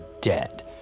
dead